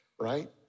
right